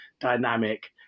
dynamic